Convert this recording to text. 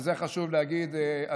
וזה חשוב להגיד,